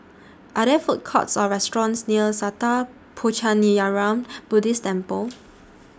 Are There Food Courts Or restaurants near Sattha Puchaniyaram Buddhist Temple